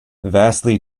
vastly